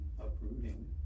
uprooting